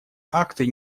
акты